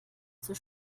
zur